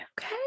Okay